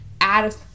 add